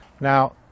Now